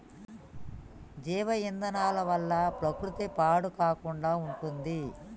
జీవ ఇంధనాల వల్ల ప్రకృతి పాడు కాకుండా ఉంటుంది